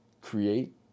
create